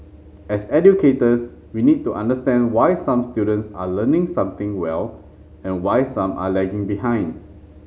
as educators we need to understand why some students are learning something well and why some are lagging behind